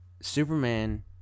Superman